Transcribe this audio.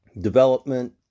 development